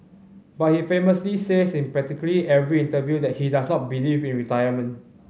but he famously says in practically every interview that he does not believe in retirement